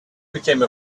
become